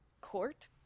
court